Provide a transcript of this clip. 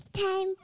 Time